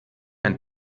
ein